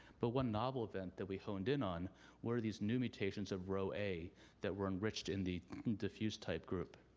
but one novel event that we honed in on were these new mutations of row a that were enriched in the diffused type group.